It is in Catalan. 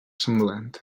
semblant